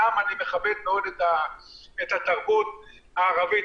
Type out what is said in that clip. אני מכבד מאוד את התרבות הערבית,